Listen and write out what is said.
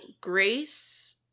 Grace